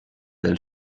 del